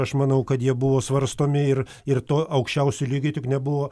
aš manau kad jie buvo svarstomi ir ir to aukščiausio lygio tik nebuvo